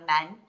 men